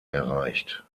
erreicht